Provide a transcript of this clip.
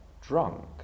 drunk